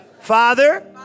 Father